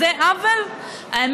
סבא שלכם,